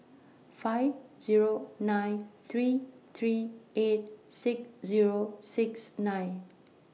five Zero nine three three eight six Zero six nine